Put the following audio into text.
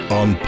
on